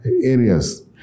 areas